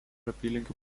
apylinkių